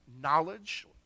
knowledge